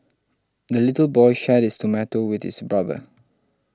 the little boy shared his tomato with his brother